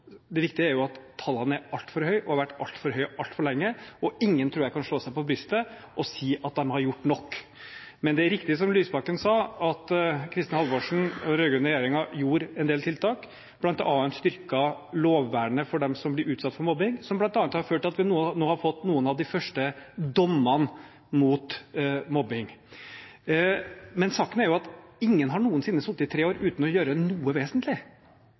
det har gått litt ned eller litt opp, det viktige er at tallene er altfor høye og har vært altfor høye altfor lenge. Jeg tror ingen kan slå seg på brystet og si at de har gjort nok. Men det er riktig som Lysbakken sa, at Kristin Halvorsen og den rød-grønne regjeringen gjennomførte en del tiltak. Blant annet styrket de lovvernet for dem som blir utsatt for mobbing, som bl.a. har ført til at vi nå har fått noen av de første dommene mot mobbing. Saken er at ingen noensinne har sittet i tre år uten å gjøre noe vesentlig.